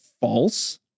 false